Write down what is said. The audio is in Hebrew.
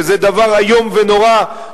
שזה דבר איום ונורא,